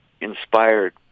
inspired